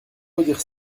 redire